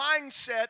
mindset